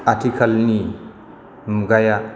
आथिखालनि मुगाया